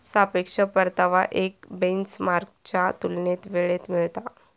सापेक्ष परतावा एक बेंचमार्कच्या तुलनेत वेळेत मिळता